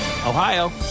Ohio